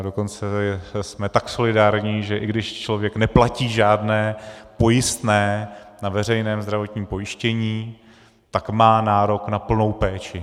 Dokonce jsme tak solidární, že i když člověk neplatí žádné pojistné na veřejné zdravotním pojištění, tak má nárok na plnou péči.